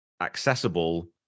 accessible